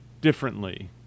differently